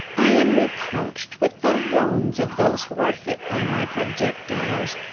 i am reproached with the wounds of those who were hit by my projectiles.